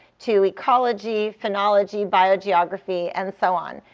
to ecology, phonology, biogeography, and so on.